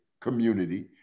community